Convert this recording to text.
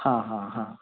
हां हां हां